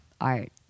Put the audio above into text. art